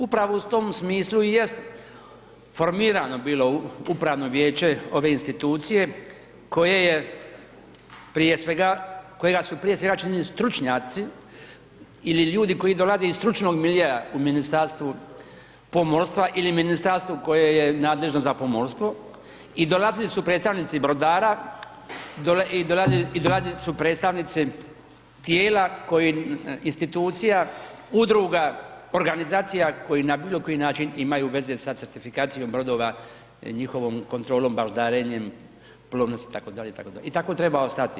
Upravo u tom smislu i jest formirano bilo upravno vijeće ove institucije kojega su prije svega činili stručnjaci ili ljudi koji dolaze iz stručnog miljea u Ministarstvu pomorstva ili ministarstvu koje je nadležno za pomorstvo i dolazili su predstavnici brodara i dolazili su predstavnici tijela, institucija, udruga, organizacija koje na bilo koji način imaju veze sa certifikacijom brodova i njihovom kontrolom, baždarenjem plovnosti itd., itd. i tako treba ostati.